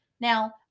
Now